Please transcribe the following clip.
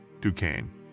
Duquesne